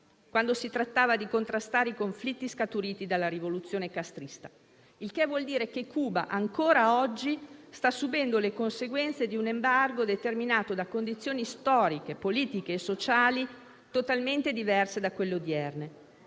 quando si trattava di contrastare i conflitti scaturiti dalla rivoluzione castrista. Ciò vuol dire che, ancora oggi, Cuba sta subendo le conseguenze di un embargo determinato da condizioni storiche, politiche e sociali totalmente diverse da quelle odierne,